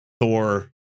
Thor